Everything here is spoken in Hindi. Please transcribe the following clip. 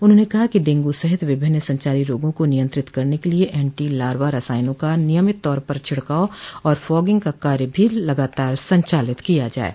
उन्होंने कहा कि डेंगू सहित विभिन्न संचारी रोगों को नियंत्रित करने के लिये एंटी लार्वा रासायनों का नियमित तौर पर छिड़काव और फागिंग का कार्य भी लगातार संचालित किया जाये